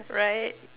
right